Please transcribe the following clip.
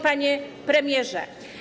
Panie Premierze!